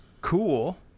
cool